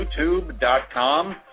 youtube.com